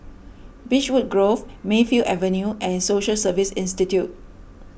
Beechwood Grove Mayfield Avenue and Social Service Institute